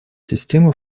системы